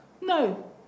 No